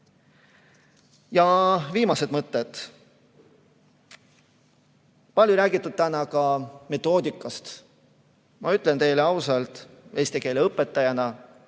Ja viimased mõtted. Palju on räägitud täna ka metoodikast. Ma ütlen teile ausalt eesti keele õpetajana,